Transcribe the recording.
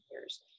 years